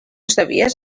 sabies